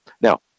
Now